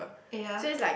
eh ya